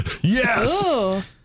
Yes